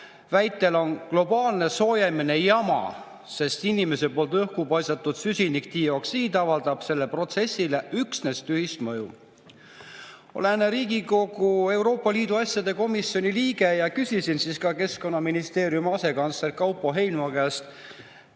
väitel on globaalne soojenemine jama, sest inimese õhku paisatud süsinikdioksiid avaldab sellele protsessile üksnes tühist mõju? Olen Riigikogu Euroopa Liidu asjade komisjoni liige ja küsisin ka Keskkonnaministeeriumi asekantsleri Kaupo Heinma käest,